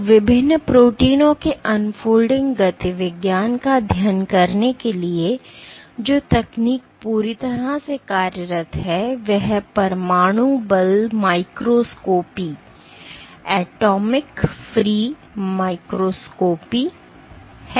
तो विभिन्न प्रोटीनों के अनफोल्डिंग गतिविज्ञान डायनामिक्स dynamics का अध्ययन करने के लिए जो तकनीक पूरी तरह से कार्यरत है वह परमाणु बल माइक्रोस्कोपी है